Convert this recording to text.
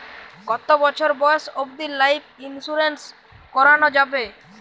কতো বছর বয়স অব্দি লাইফ ইন্সুরেন্স করানো যাবে?